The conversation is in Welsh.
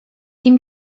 dim